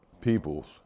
peoples